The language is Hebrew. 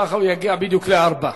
כך הוא יגיע בדיוק לארבע.